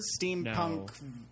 Steampunk